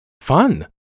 fun